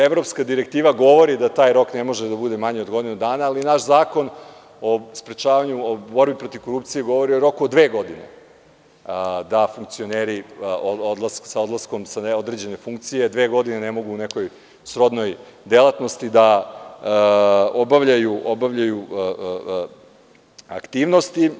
Evropska direktiva govori da taj rok ne može da bude manji od godinu dana, ali naš Zakon o sprečavanju i borbi protiv korupcije govori o roku od dve godine da funkcioneri sa odlaskom sa neodređene funkcije dve godine ne mogu u nekoj srodnoj delatnosti da obavljaju aktivnosti.